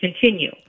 continue